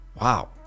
Wow